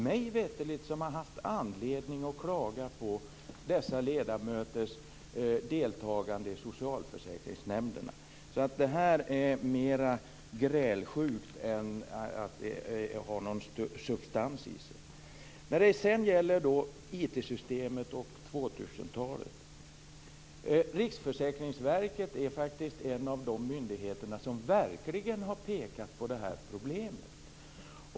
Mig veterligt har ingen haft anledning att klaga på dessa ledamöters deltagande i socialförsäkringsnämnderna. Här handlar det mer om grälsjuka än om att det skulle finnas en substans i det hela. När det gäller IT-systemen och 2000-talet kan jag säga att Riksförsäkringsverket faktiskt är en av de myndigheter som verkligen har pekat på problemen.